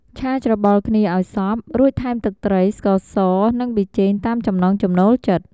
ឆាច្របល់គ្នាឱ្យសព្វ រួចថែមទឹកត្រី ស្ករស និងប៊ីចេងតាមចំណង់ចំណូលចិត្ត។